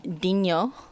Dino